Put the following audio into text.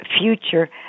future